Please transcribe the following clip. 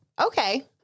okay